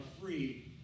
free